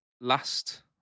last